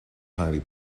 highly